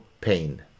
pain